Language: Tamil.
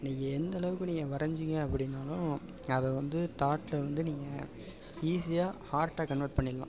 நீங்கள் எந்தளவுக்கு நீங்கள் வரைஞ்சீங்க அப்படின்னாலும் அதை வந்து தாட்டை வந்து நீங்கள் ஈஸியாக ஆர்ட்டாக கன்வர்ட் பண்ணிடலாம்